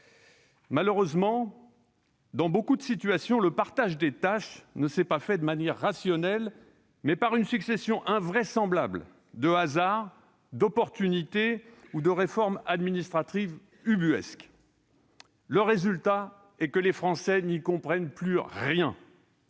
Malheureusement, dans beaucoup de situations, le partage des tâches ne s'est pas fait de manière rationnelle, mais selon une succession invraisemblable de hasards, d'opportunités ou de réformes administratives ubuesques. Le résultat est que les Français n'y comprennent plus rien.